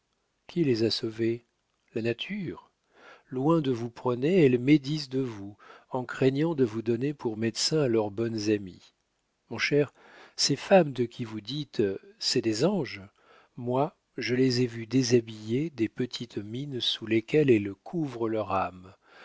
qui les a sauvées la nature loin de vous prôner elles médisent de vous en craignant de vous donner pour médecin à leurs bonnes amies mon cher ces femmes de qui vous dites c'est des anges moi je les ai vues déshabillées des petites mines sous lesquelles elles couvrent leur âme